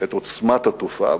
את עוצמת התופעה,